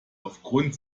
aufgrund